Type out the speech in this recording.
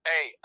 Hey